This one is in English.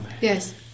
Yes